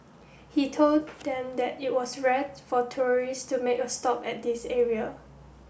he told them that it was rare for tourists to make a stop at this area